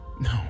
No